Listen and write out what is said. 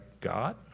God